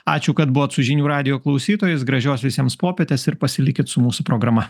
ačiū kad buvot su žinių radijo klausytojais gražios visiems popietės ir pasilikit su mūsų programa